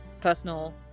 personal